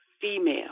female